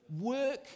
work